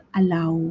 allow